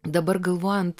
dabar galvojant